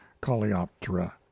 Coleoptera